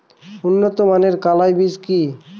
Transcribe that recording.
উন্নত মানের কলাই বীজ কি?